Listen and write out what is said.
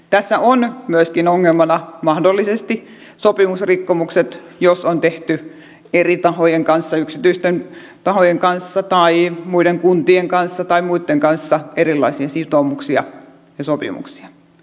tässä on myöskin ongelmana mahdollisesti sopimusrikkomukset jos on tehty eri tahojen kanssa yksityisten tahojen kanssa tai muiden kuntien kanssa tai muitten kanssa erilaisia sitoumuksia ja sopimuksia